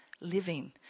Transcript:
living